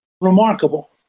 remarkable